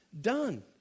done